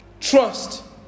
Trust